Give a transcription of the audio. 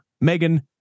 Megan